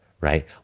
right